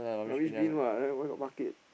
rubbish bin [what] then where got bucket